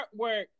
artwork